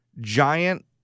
giant